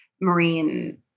marine